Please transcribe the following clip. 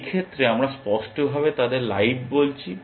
এই ক্ষেত্রে আমরা স্পষ্টভাবে তাদের লাইভ বলছি